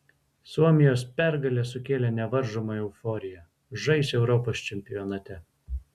suomijos pergalė sukėlė nevaržomą euforiją žais europos čempionate